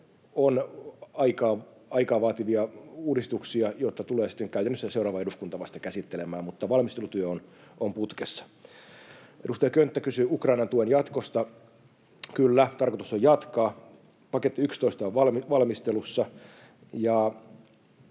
on aikaa vaativia uudistuksia, jotka tulee sitten käytännössä seuraava eduskunta vasta käsittelemään, mutta valmistelutyö on putkessa. Edustaja Könttä kysyi Ukrainan tuen jatkosta. Kyllä, tarkoitus on jatkaa. Paketti 11 on valmistelussa,